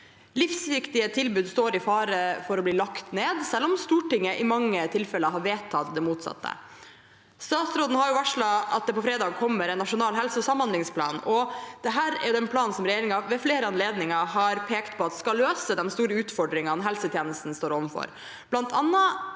Livsviktige tilbud står i fare for å bli lagt ned, selv om Stortinget i mange tilfeller har vedtatt det motsatte. Statsråden har varslet at det på fredag kommer en nasjonal helse- og samhandlingsplan. Dette er planen som regjeringen ved flere anledninger har pekt på skal løse de store utfordringene helsetjenesten står overfor,